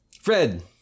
Fred